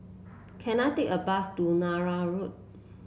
can I take a bus to Nallur Road